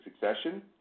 succession